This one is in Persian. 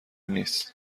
نیست